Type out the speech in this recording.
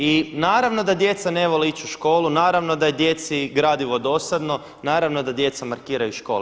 I naravno da djeca ne vole ići u školu, naravno da je djeci gradivo dosadno, naravno da djeca markiraju iz škole.